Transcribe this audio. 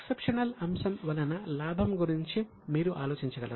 exceptional అంశం వలన లాభం గురించి మీరు ఆలోచించగలరా